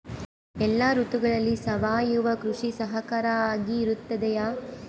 ಎಲ್ಲ ಋತುಗಳಲ್ಲಿ ಸಾವಯವ ಕೃಷಿ ಸಹಕಾರಿಯಾಗಿರುತ್ತದೆಯೇ?